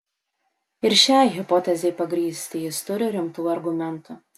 ir šiai hipotezei pagrįsti jis turi rimtų argumentų